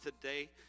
today